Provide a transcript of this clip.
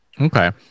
Okay